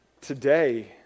today